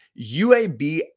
UAB